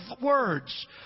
words